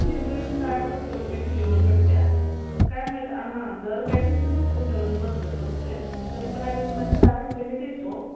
झेंडू एक साठ सत्तर रुपये किलोनं पडतात काय माहीत हां दर पॅकिटचं नसतं दररोज बदलत असतं आहे तरी पण आम्ही तुम्हाला साठ रुपयेने देतो